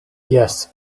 jes